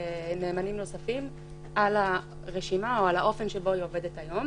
נאמנים נוספים על הרשימה או על האופן שבו היא עובדת היום?